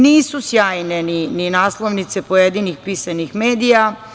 Nisu sjajne ni naslovnice pojedinih pisanih medija.